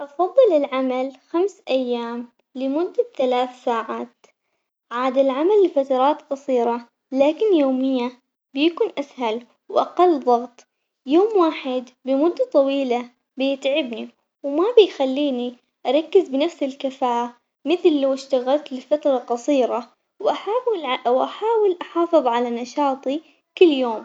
أفضل العمل خمس أيام لمدة ثلاث ساعات، عاد العمل لفترات قصيرة لكن يومية بيكون أسهل وأقل ضغط، يوم واحد بمدة طويلة بيتعبني وما بيخليني أركز بنفس الكفاءة مثل لو اشتغلت لفترة قصيرة وأحاول ع- وأحاول أحافظ على نشاطي كل يوم.